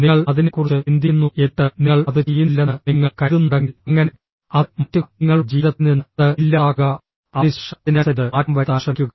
നിങ്ങൾ അതിനെക്കുറിച്ച് ചിന്തിക്കുന്നു എന്നിട്ട് നിങ്ങൾ അത് ചെയ്യുന്നില്ലെന്ന് നിങ്ങൾ കരുതുന്നുണ്ടെങ്കിൽ അങ്ങനെ അത് മാറ്റുക നിങ്ങളുടെ ജീവിതത്തിൽ നിന്ന് അത് ഇല്ലാതാക്കുക അതിനുശേഷം അതിനനുസരിച്ച് മാറ്റം വരുത്താൻ ശ്രമിക്കുക